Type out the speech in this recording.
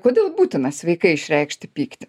kodėl būtina sveikai išreikšti pyktį